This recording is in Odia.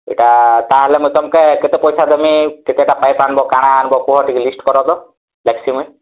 ଏଇଟା ତାହା ହେଲେ ମୁଇଁ ତମକୁ କେତେ ପଇସା ଦେମି କେତେଟା ପାଇପ୍ ଆଣବ୍ କାଣା ଆଣବ୍ କୁହ ଟିକେ ଲିଷ୍ଟ କର ତ ଦେଖଛି ମୁଇଁ